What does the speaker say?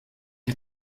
est